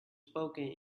spoken